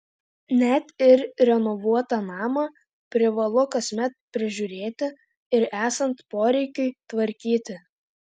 net ir renovuotą namą privalu kasmet prižiūrėti ir esant poreikiui tvarkyti